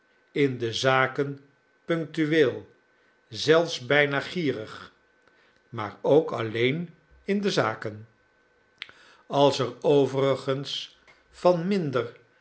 in de zaken punctueel zelfs bijna gierig maar ook alleen in de zaken als er overigens van minder